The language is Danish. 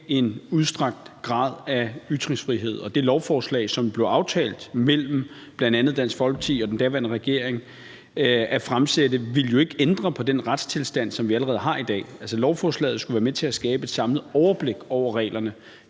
en udstrakt grad af ytringsfrihed, og det lovforslag, som det blev aftalt mellem bl.a. Dansk Folkeparti og den daværende regering at fremsætte, ville jo ikke ændre på den retstilstand, som vi allerede har i dag. Altså, lovforslaget skulle være med til at skabe et samlet overblik over reglerne.